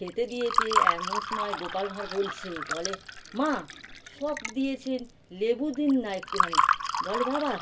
খেতে দিয়েছে এমন সময় গোপাল ভাঁড় বলছে বলে মা সব দিয়েছেন লেবু দিন না একটুখানি বলে বাবা